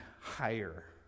higher